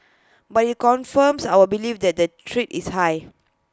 but IT confirms our belief that the threat is high